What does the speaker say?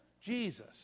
Jesus